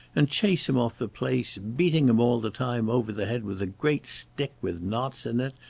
and chase him off the place, beating him all the time over the head with a great stick with knots in it,